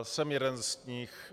Jsem jeden z nich.